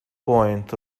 point